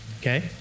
okay